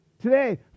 Today